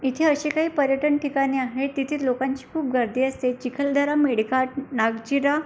इथे असे काही पर्यटन ठिकाणे आहेत तिथे लोकांची खूप गर्दी असते चिखलदरा मेळघाट न नागझिरा